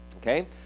Okay